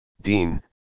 Dean